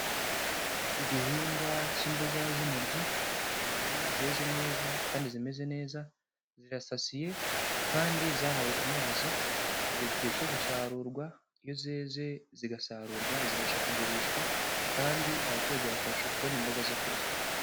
Igihingwa cy'imboga z'intoryi, intoryi zeze neza kandi zimeze neza, zirasasiye kandi zahawe amazi, zigeza igihe cyo gusarurwa, iyo zeze zigasarurwa zibasha kugurishwa kandi abaturage bakabasha kubona imboga zo kurya.